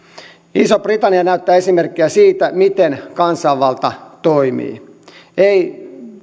iso britannia näyttää esimerkkiä siitä miten kansanvalta toimii ei